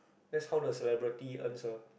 that's how the celebrity earns ah